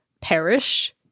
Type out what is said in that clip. perish